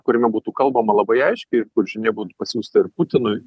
kuriame būtų kalbama labai aiškiai ir kur žinia būtų pasiųsta ir putinui